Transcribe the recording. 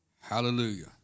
Hallelujah